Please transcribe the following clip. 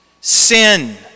sin